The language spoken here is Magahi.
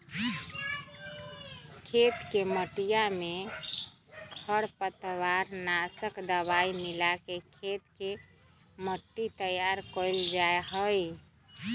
खेत के मटिया में खरपतवार नाशक दवाई मिलाके खेत के मट्टी तैयार कइल जाहई